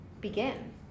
begin